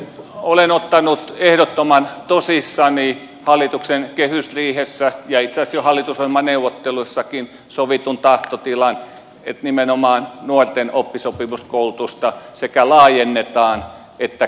olen ottanut ehdottoman tosissani hallituksen kehysriihessä ja itse asiassa jo hallitusohjelmaneuvotteluissakin sovitun tahtotilan että nimenomaan nuorten oppisopimuskoulutusta sekä laajennetaan että kehitetään